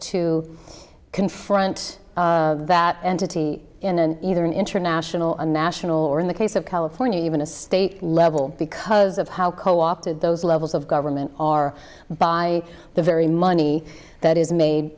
to confront that entity in an either an international a national or in the case of california even a state level because of how co opted those levels of government are by the very money that is made